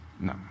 No